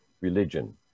religion